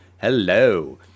Hello